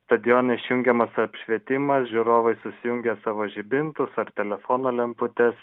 stadione išjungiamas apšvietimas žiūrovai susijungia savo žibintus ar telefono lemputes